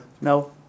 No